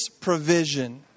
provision